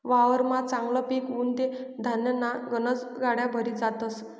वावरमा चांगलं पिक उनं ते धान्यन्या गनज गाड्या भरी जातस